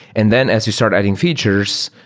and then as you start adding features,